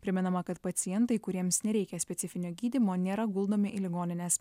primenama kad pacientai kuriems nereikia specifinio gydymo nėra guldomi į ligonines